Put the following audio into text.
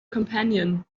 companion